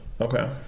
Okay